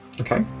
Okay